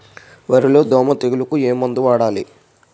వరిలో దోమ తెగులుకు ఏమందు వాడాలి?